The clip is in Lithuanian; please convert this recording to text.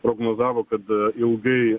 prognozavo kad ilgai